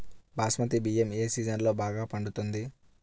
బాస్మతి బియ్యం ఏ సీజన్లో బాగా పండుతుంది?